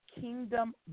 kingdom